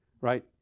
right